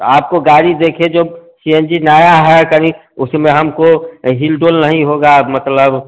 तो आपको गाड़ी देखे जो सी एन जी नया है तनिक उसीमें हमको हिल डुल नहीं होगा मतलब